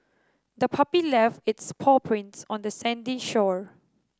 the puppy left its paw prints on the sandy shore